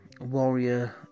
warrior